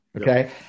Okay